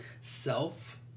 Self